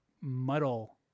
muddle